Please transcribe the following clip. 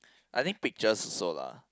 I think pictures also lah